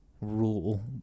rule